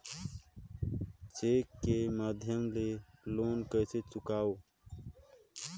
Cheque के माध्यम ले लोन कइसे चुकांव?